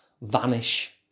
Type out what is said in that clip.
vanish